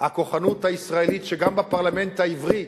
הכוחנות הישראלית, גם בפרלמנט העברי,